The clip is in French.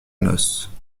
noce